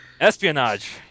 Espionage